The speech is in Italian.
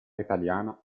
italiana